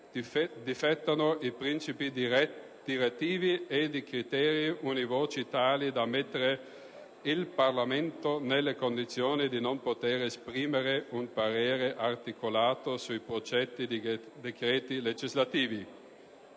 difettano di princìpi direttivi e di criteri univoci tali da mettere il Parlamento nelle condizioni di non poter esprimere un parere articolato sui progetti di decreti legislativi.